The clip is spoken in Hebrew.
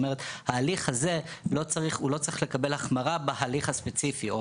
הוא לא צריך לקבל החמרה בהליך הספציפי או